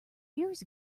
years